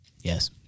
Yes